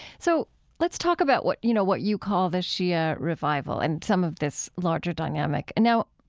so let's talk about what you know what you call the shia revival and some of this larger dynamic. and now,